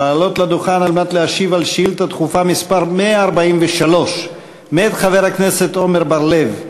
לעלות לדוכן ולהשיב על שאילתה דחופה מס' 143 מאת חבר הכנסת עמר בר-לב.